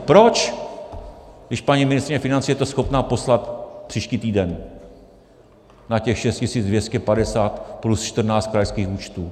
Proč, když paní ministryně financí je to schopna poslat příští týden na těch 6 250 plus 14 krajských účtů.